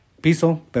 piso